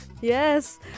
Yes